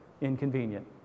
inconvenient